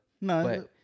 No